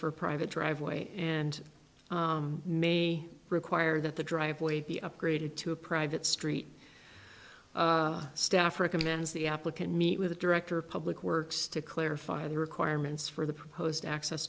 a private driveway and may require that the driveway be upgraded to a private street staff recommends the applicant meet with the director of public works to clarify the requirements for the proposed access